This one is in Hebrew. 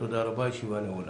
הישיבה נעולה.